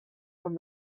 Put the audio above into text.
from